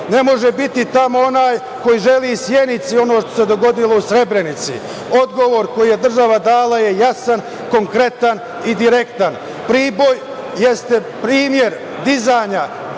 Ne može biti tamo onaj koji želi Sjenici ono što se dogodilo u Srebrenici. Odgovor koji je država dala je jasan, konkretan i direktan. Priboj jeste primer dizanja